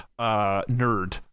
nerd